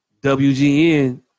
WGN